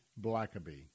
Blackaby